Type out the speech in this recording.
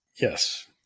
Yes